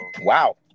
Wow